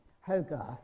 Hogarth